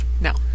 No